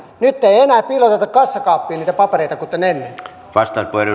nyt ei enää piiloteta kassakaappiin niitä papereita kuten ennen